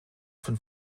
von